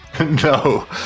No